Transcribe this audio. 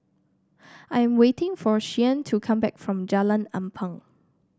I am waiting for Shianne to come back from Jalan Ampang